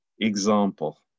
example